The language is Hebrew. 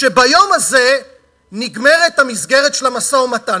שביום הזה נגמרת המסגרת של המשא-ומתן.